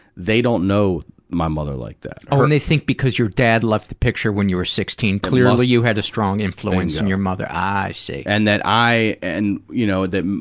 they don't know my mother like that. oh, and they think that because your dad left the picture when you were sixteen, clearly you had a strong influence in your mother. i see. and that i, and, you know that,